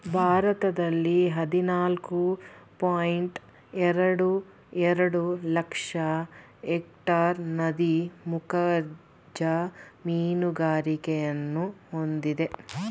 ಭಾರತದಲ್ಲಿ ಹದಿನಾಲ್ಕು ಪಾಯಿಂಟ್ ಎರಡು ಎರಡು ಲಕ್ಷ ಎಕ್ಟೇರ್ ನದಿ ಮುಖಜ ಮೀನುಗಾರಿಕೆಯನ್ನು ಹೊಂದಿದೆ